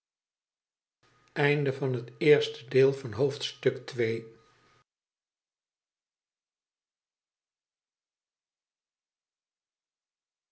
hoofdstuk van het eerste deel van het